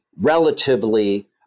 relatively